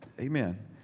amen